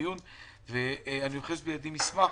ואני אוחז בידי מסמך